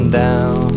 down